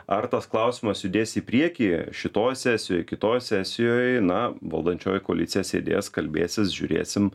ar tas klausimas judės į priekį šitoj sesijoj kitoj sesijoj na valdančioji koalicija sėdės kalbėsis žiūrėsim